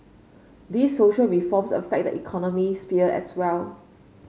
these social reforms affect the economic sphere as well